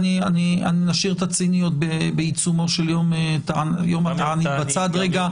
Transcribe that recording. נשאיר את הציניות בעיצומו של יום התענית בצד רגע.